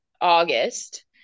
august